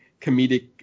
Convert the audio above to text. comedic